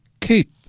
keep